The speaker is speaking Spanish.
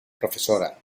profesora